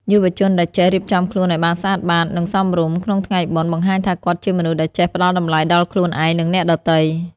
យុវជនដែលចេះ "រៀបចំខ្លួនឱ្យបានស្អាតបាត និងសមរម្យ" ក្នុងថ្ងៃបុណ្យ បង្ហាញថាគាត់ជាមនុស្សដែលចេះផ្ដល់តម្លៃដល់ខ្លួនឯង និងអ្នកដទៃ។